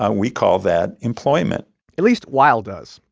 ah we call that employment at least weil does.